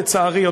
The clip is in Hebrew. לצערי,